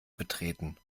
betreten